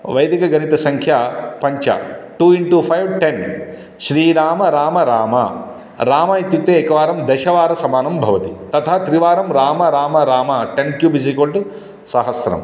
वैदिकगणितसङ्ख्या पञ्च two into five ten Shriram Ram Ram Ram इत्युके एकवारं दशवारसमानं भवति तथा त्रिवारं Ram Ram Ram ten cube is equal to सहस्रम्